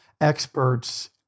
experts